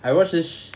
I watch this